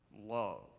love